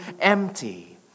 empty